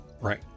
right